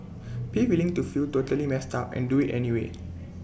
be willing to feel totally messed up and do IT anyway